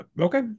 Okay